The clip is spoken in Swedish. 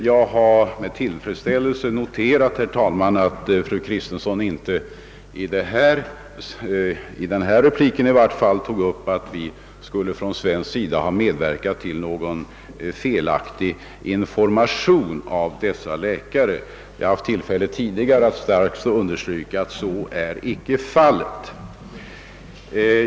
Jag har med tillfredsställelse noterat, herr talman, att fru Kristensson i varje fall inte i sitt inlägg nyss hävdade att vi från svensk sida skulle ha medverkat till någon felaktig information av dessa läkare. Jag har tidigare haft tillfälle att starkt understryka att så inte är fallet.